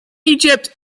egypt